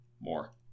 more